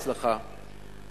29% הצלחה ב-2007,